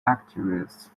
activist